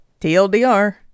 TLDR